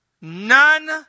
none